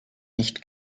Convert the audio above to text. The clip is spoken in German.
nicht